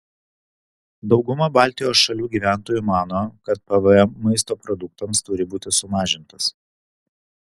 dauguma baltijos šalių gyventojų mano kad pvm maisto produktams turi būti sumažintas